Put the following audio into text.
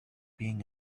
being